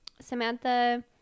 samantha